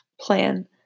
plan